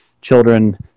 children